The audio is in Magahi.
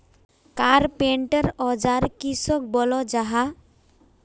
कारपेंटर औजार किसोक बोलो जाहा?